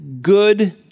good